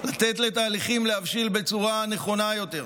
לתת לתהליכים להבשיל בצורה נכונה יותר.